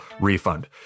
refund